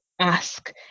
ask